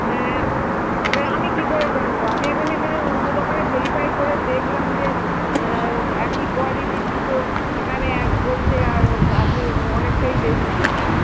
হ্যাঁ এবারে আমি কী করে জানবো আমি এখানে এখানে অন্য দোকানে ভেরিফাই করে দেখলাম যে একই কোয়ালিটির জুতো এখানে এক বলছে আর ও আপনি অনেকটাই বেশি বলচেন